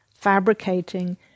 fabricating